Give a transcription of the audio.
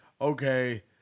okay